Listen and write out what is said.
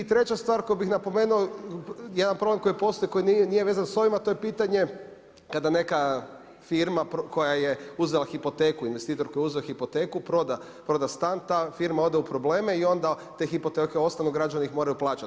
I treća stvar koju bih napomenuo, jedan problem koji postoji, koji nije vezan s ovim a to je pitanje kada neka firma koja je uzela hipoteku, investitor koji je uzeo hipoteku proda stan, ta firma ode u probleme i onda te hipoteke ostanu, građani ih moraju plaćati.